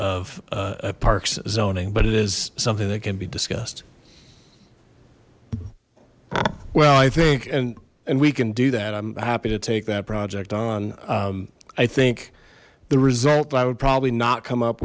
of parks zoning but it is something that can be discussed well i think and and we can do that i'm happy to take that project on i think the result i would probably not come up